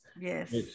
yes